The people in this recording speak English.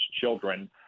children